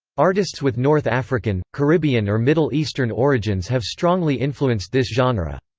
artists with north african, caribbean or middle eastern origins have strongly influenced this genre.